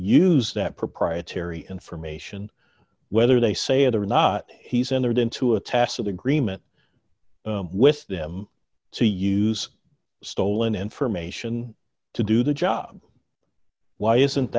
use that proprietary information whether they say it or not he's entered into a tacit agreement with them to use stolen information to do the job why isn't